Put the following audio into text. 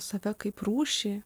save kaip rūšį